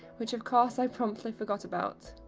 which of course i promptly forgot about.